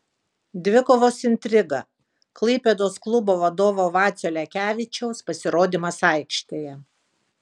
dvikovos intriga klaipėdos klubo vadovo vacio lekevičiaus pasirodymas aikštėje